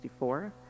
1964